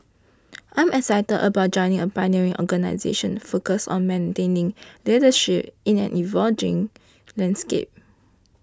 I'm excited about joining a pioneering organisation focused on maintaining leadership in an evolving landscape